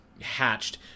hatched